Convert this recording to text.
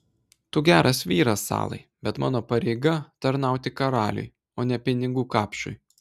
tu geras vyras salai bet mano pareiga tarnauti karaliui o ne pinigų kapšui